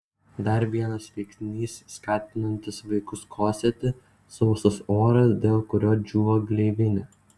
dar vienas veiksnys skatinantis vaikus kosėti sausas oras dėl kurio džiūva gleivinė